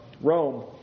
Rome